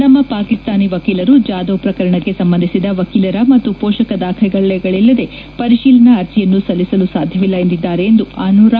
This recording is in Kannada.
ನಮ್ಮ ಪಾಕಿಸ್ತಾನಿ ವಕೀಲರು ಜಾದವ್ ಪ್ರಕರಣಕ್ಕೆ ಸಂಬಂಧಿಸಿದ ವಕೀಲರ ಮತ್ತು ಪೋಷಕ ದಾಖಲೆಗಳಿಲ್ಲದೆ ಪರಿಶೀಲನಾ ಅರ್ಜಿಯನ್ನು ಸಲ್ಲಿಸಲು ಸಾಧ್ಯವಿಲ್ಲ ಎಂದಿದ್ದಾರೆ ಎಂದು ಅನುರಾಗ್ ಶ್ರೀವಾಸ್ತವ ತಿಳಿಸಿದರು